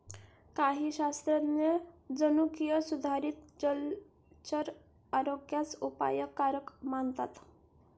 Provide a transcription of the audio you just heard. काही शास्त्रज्ञ जनुकीय सुधारित जलचर आरोग्यास अपायकारक मानतात